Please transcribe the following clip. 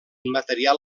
material